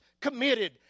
committed